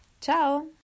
Ciao